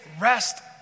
rest